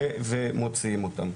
ומוציאים אותם.